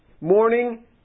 morning